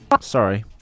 sorry